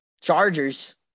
Chargers